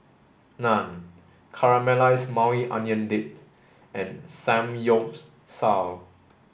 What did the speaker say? Naan Caramelized Maui Onion Dip and Samgyeopsal